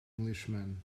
englishman